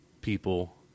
people